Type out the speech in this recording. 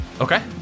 Okay